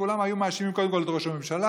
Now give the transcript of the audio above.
כולם היו מאשימים קודם כול את ראש הממשלה,